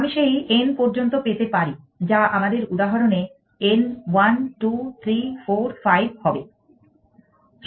আমি সেই n পর্যন্ত যেতে পারি যা আমাদের উদাহরণে n 1 2 3 4 5 হবে